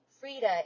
Frida